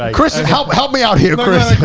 ah chris, and help help me out here chris!